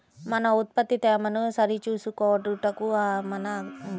మన ఉత్పత్తి తేమను సరిచూచుకొనుటకు మన అగ్రికల్చర్ వా ను సంప్రదించవచ్చా?